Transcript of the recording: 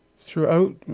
Throughout